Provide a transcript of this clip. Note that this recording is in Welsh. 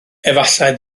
efallai